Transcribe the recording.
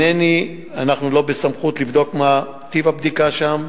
ואנחנו לא בסמכות לראות מה טיב הבדיקה שם.